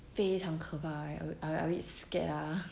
非常可怕 I wou~ I a bit scared lah